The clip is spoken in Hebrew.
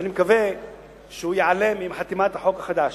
שאני מקווה שהוא ייעלם עם חתימת החוק החדש.